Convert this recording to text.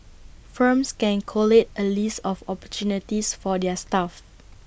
firms can collate A list of opportunities for their staff